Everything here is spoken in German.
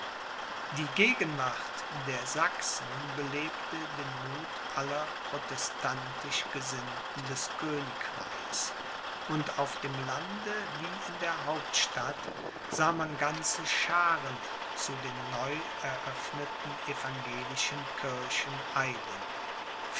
die gegenwart der sachsen belebte den muth aller protestantischgesinnten des königreichs und auf dem lande wie in der hauptstadt sah man ganze schaaren zu den neu eröffneten evangelischen